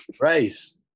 Race